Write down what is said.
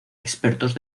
expertos